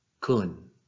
KUN